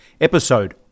episode